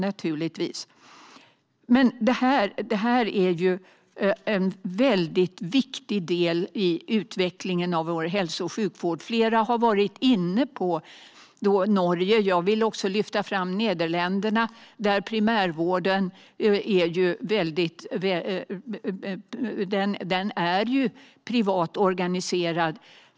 Det här är ju en väldigt viktig del i utvecklingen av vår hälso och sjukvård. Flera har varit inne på Norge. Jag vill också lyfta fram Nederländerna, där primärvården är privat organiserad.